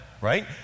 right